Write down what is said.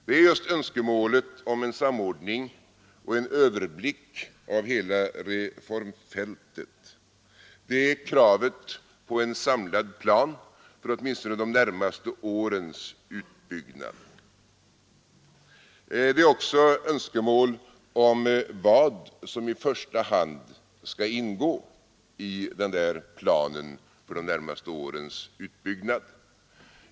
Det är just önskemålet om en samordning och en överblick av hela reformfältet, det är kravet på en samlad plan för åtminstone de närmaste årens utbyggnad och det är önskemålet om vad som i första hand skall ingå i planen för de närmaste årens utbyggnad.